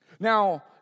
Now